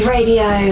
Radio